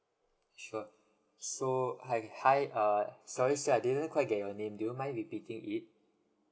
sure so hi hi uh sorry sir I didn't quite get your name do you mind repeating it